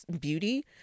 beauty